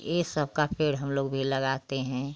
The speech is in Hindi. ये सबका पेड़ हम लोग भी लगाते हैं